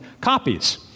copies